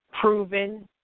proven